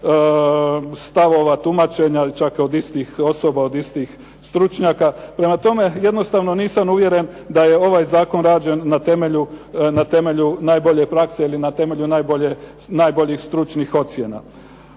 stavova, tumačenja ili čak od istih osoba, istih stručnjaka. Prema tome, jednostavno nisam uvjeren da je ovaj zakon rađen na temelju najbolje prakse ili na temelju najboljih stručnih ocjena.